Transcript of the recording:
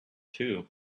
too